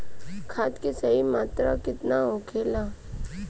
खाद्य के सही मात्रा केतना होखेला?